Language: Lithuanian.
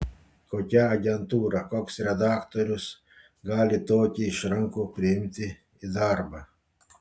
kokia agentūra koks redaktorius gali tokį išrankų priimti į darbą